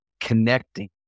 Connecting